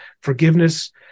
forgiveness